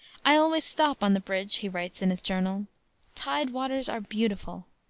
i always stop on the bridge, he writes in his journal tide waters are beautiful.